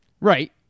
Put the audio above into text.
Right